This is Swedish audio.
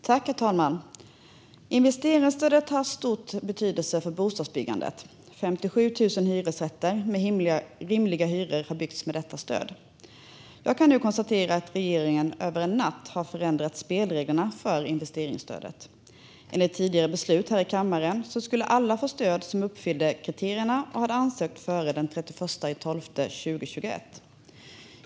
Herr talman! Investeringsstödet har stor betydelse för bostadsbyggandet. 57 000 hyresrätter med rimliga hyror har byggts med detta stöd. Jag kan nu konstatera att regeringen över en natt har förändrat spelreglerna för investeringsstödet. Enligt tidigare beslut här i kammaren skulle alla som uppfyllde kriterierna och hade ansökt före den 31 december 2021 få stöd.